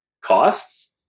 costs